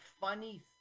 funny